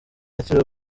akiri